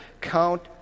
count